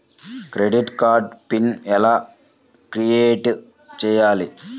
Debit card pin ఎలా create చెయ్యాలి?